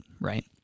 Right